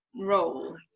role